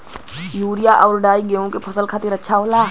urea आउर डाई गेहूं के फसल खातिर अच्छा होला